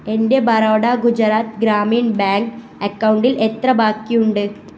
എൻ്റെ ബറോഡ ഗുജറാത്ത് ഗ്രാമീൺ ബാങ്ക് അക്കൗണ്ടിൽ എത്ര ബാക്കിയുണ്ട്